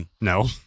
No